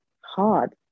hard